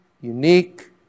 unique